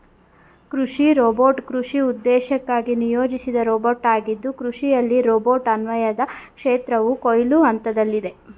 ಕೃಷಿ ರೋಬೋಟ್ ಕೃಷಿ ಉದ್ದೇಶಕ್ಕಾಗಿ ನಿಯೋಜಿಸಿದ ರೋಬೋಟಾಗಿದ್ದು ಕೃಷಿಯಲ್ಲಿ ರೋಬೋಟ್ ಅನ್ವಯದ ಕ್ಷೇತ್ರವು ಕೊಯ್ಲು ಹಂತದಲ್ಲಿದೆ